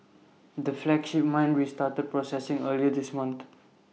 the flagship mine restarted processing earlier this month